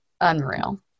Unreal